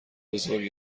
بزرگ